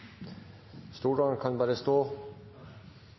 støttepartia kan stå